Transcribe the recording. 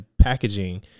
packaging